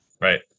right